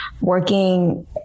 working